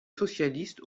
socialiste